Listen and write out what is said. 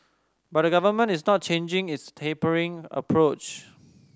but the government is not changing its tapering approach